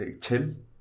Tim